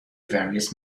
various